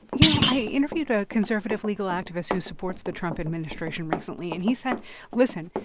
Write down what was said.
you know, i interviewed a conservative legal activist who supports the trump administration recently. and he said listen,